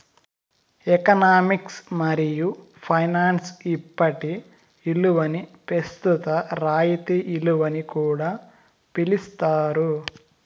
economics మరియు finance ఇప్పటి ఇలువని పెస్తుత రాయితీ ఇలువని కూడా పిలిస్తారు